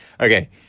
Okay